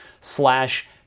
slash